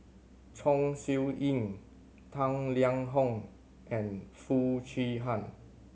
Chong Siew Ying Tang Liang Hong and Foo Chee Han